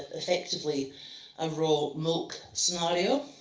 effectively a raw milk scenario.